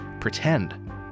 pretend